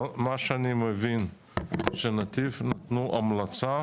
אני מבין שנתיב נתנו המלצה